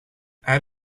out